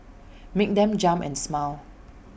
make them jump and smile